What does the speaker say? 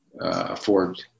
afford